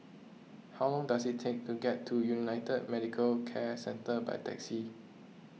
how long does it take to get to United Medicare Centre by taxi